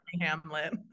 Hamlet